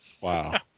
Wow